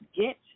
get